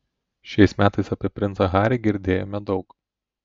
šiais metais apie princą harį girdėjome daug